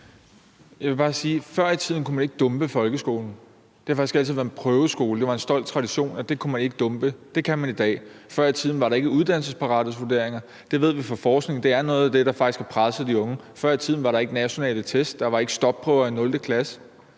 i tiden kunne man ikke dumpe i folkeskolen. Det har faktisk altid været en prøveskole. Det var en stolt tradition, at der kunne man ikke dumpe. Det kan man i dag. Før i tiden var der ikke uddannelsesparathedsvurderinger. Det ved vi fra forskningen er noget af det, der faktisk har presset de unge. Før i tiden var der ikke nationale test. Der var ikke stopprøver i 0. klasse.